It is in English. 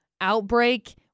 outbreak